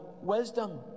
wisdom